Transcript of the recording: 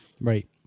right